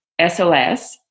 SLS